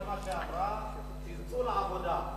כל מה שאמרה: תצאו לעבודה,